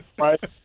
right